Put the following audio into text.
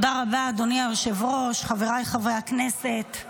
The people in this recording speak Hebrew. אדוני היושב-ראש, חבריי חברי הכנסת,